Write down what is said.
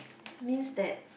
means that